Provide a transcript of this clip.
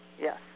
yes